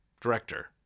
director